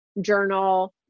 journal